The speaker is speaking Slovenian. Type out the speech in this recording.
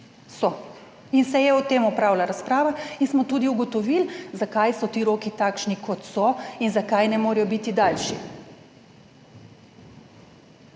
so in se je o tem opravila razprava in smo tudi ugotovili zakaj so ti roki takšni kot so in zakaj ne morejo biti daljši.